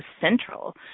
central